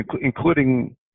including